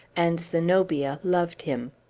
and zenobia loved him!